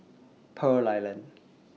Pearl Island